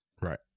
Right